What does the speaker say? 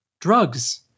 Drugs